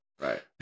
Right